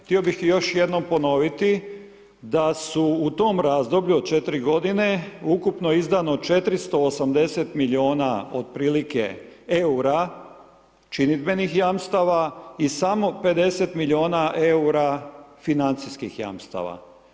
Htio bih još jednom ponoviti da su u tom razdoblju od 4 godine ukupno izdano 480 milijuna otprilike EUR-a činidbenih jamstava i samo 50 milijuna EUR-a financijskih jamstava.